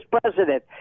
president